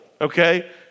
Okay